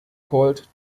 colt